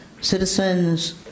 citizens